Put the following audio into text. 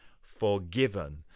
forgiven